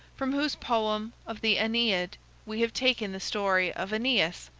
from whose poem of the aeneid we have taken the story of aeneas,